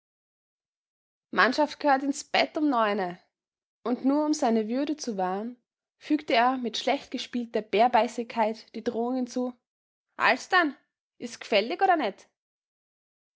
mannschaft g'hört ins bett um neune und nur um seine würde zu wahren fügte er mit schlecht gespielter bärbeißigkeit die drohung hinzu alsdann is g'fällig oder net